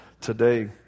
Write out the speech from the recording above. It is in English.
Today